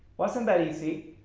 wasn't that easy?